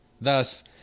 Thus